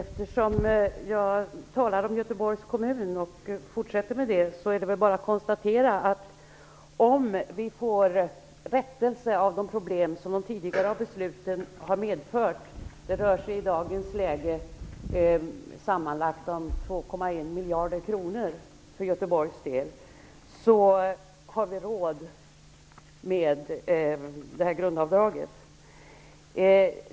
Herr talman! Jag fortsätter att tala om Göteborgs kommun. Det är bara att konstatera att om vi får rätsida på de problem som de tidigare besluten har medfört -- det rör sig i dag om sammanlagt 2,1 miljarder kronor för Göteborgs del -- kommer vi att ha råd med grundavdraget.